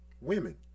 Women